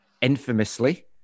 infamously